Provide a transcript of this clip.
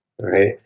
Right